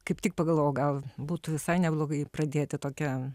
kaip tik pagalvojau gal būtų visai neblogai pradėti tokia